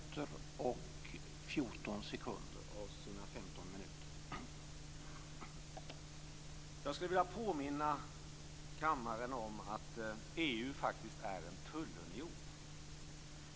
Jag skulle vilja påminna kammaren om att EU faktiskt är en tullunion.